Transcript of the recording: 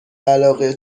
علاقه